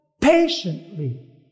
patiently